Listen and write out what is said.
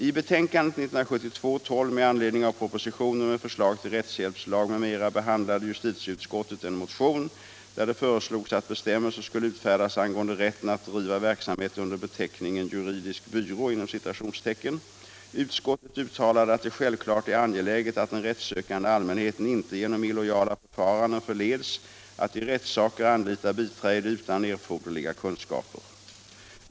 I betänkandet 1972:12 med anledning av propositionen med förslag till rättshjälpslag m.m. behandlade justitieutskottet en motion där det föreslogs att bestämmelser skulle utfärdas angående rätten att driva verksamhet under beteckningen ”juridisk byrå”. Utskottet uttalade att det självklart är angeläget att den rättssökande allmänheten inte genom illojala förfaranden förleds att i rättssaker anlita biträde utan erforderliga kunskaper.